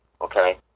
okay